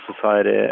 society